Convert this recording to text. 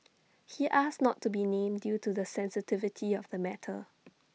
he asked not to be named due to the sensitivity of the matter